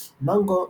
מנגו,